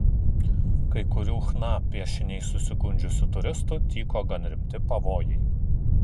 kai kurių chna piešiniais susigundžiusių turistų tyko gan rimti pavojai